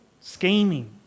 scheming